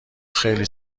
خیلی